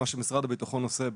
מה שמשרד הביטחון עושה,